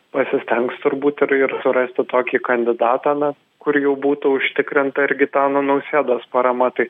pasistengs turbūt ir ir surasti tokį kandidatą na kur jau būtų užtikrinta ir gitano nausėdos parama tai